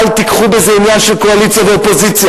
אל תראו בזה עניין של קואליציה ואופוזיציה.